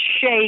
shake